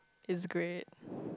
is great